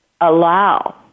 allow